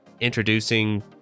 introducing